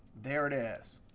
there it is.